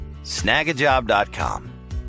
Snagajob.com